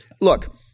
look